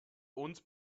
uns